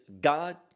God